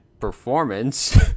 performance